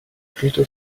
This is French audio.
plutôt